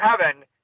heaven